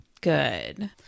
Good